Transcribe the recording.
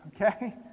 okay